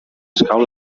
escau